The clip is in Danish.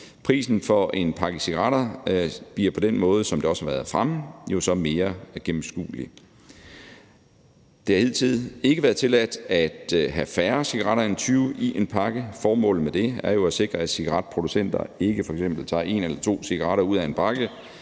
Prisen for en pakke cigaretter bliver på den måde, som det også har været fremme, jo så mere gennemskuelig. Det har hidtil ikke været tilladt at have færre cigaretter end 20 stk. i en pakke, og formålet med det er jo at sikre, at cigaretproducenter ikke f.eks. tager en eller to cigaretter ud af en pakke,